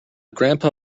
grandpa